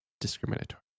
discriminatory